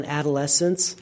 adolescence